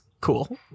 cool